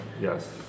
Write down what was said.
Yes